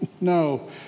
No